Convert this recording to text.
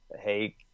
hey